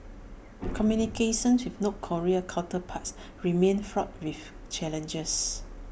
communications with north Korean counterparts remain fraught with challenges